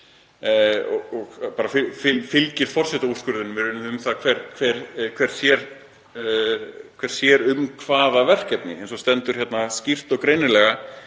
það fylgir forsetaúrskurðinum um það hver sér um hvaða verkefni, eins og stendur skýrt og greinilega